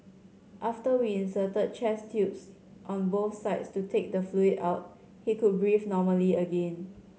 after we inserted chest tubes on both sides to take the fluid out he could breathe normally again